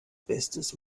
bestes